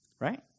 right